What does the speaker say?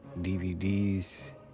DVDs